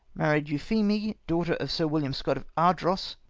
married euphemie, daughter of sir william scot of ardross,